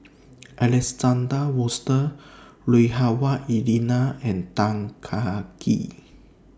Alexander Wolters Lui Hah Wah Elena and Tan Kah Kee